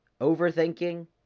Overthinking